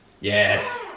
Yes